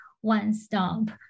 one-stop